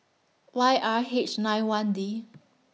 Y R H nine one D